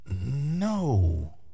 No